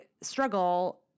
struggle